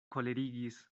kolerigis